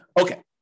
Okay